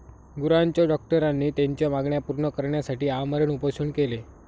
गुरांच्या डॉक्टरांनी त्यांच्या मागण्या पूर्ण करण्यासाठी आमरण उपोषण केले